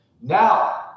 Now